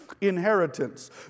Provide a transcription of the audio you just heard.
inheritance